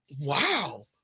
Wow